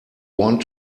want